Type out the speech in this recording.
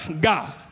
God